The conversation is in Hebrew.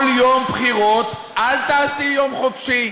אל תעשי יום חופשי.